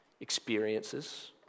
experiences